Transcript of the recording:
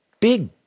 big